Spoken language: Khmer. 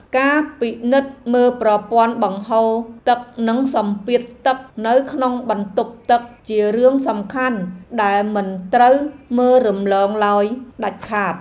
ការពិនិត្យមើលប្រព័ន្ធបង្ហូរទឹកនិងសម្ពាធទឹកនៅក្នុងបន្ទប់ទឹកជារឿងសំខាន់ដែលមិនត្រូវមើលរំលងឡើយដាច់ខាត។